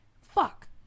fuck